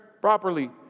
properly